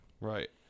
right